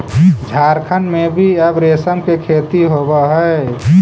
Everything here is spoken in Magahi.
झारखण्ड में भी अब रेशम के खेती होवऽ हइ